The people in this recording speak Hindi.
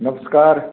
नमस्कार